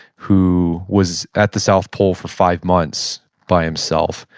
who was at the south pole for five months, by himself,